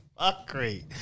fuckery